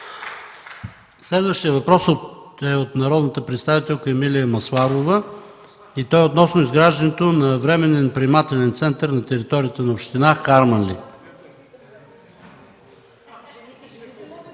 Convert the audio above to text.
Следващият въпрос е от народния представител Емилия Масларова относно изграждането на временен приемателен център на територията на община Харманли.